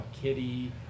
kitty